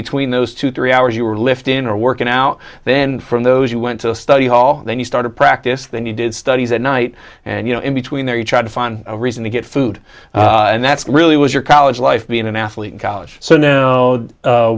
between those two three hours you were liftin or working out then from those you went to study hall then you started practice then you did studies at night and you know in between there you try to find a reason to get food and that's what really was your college life being an athlete in college so now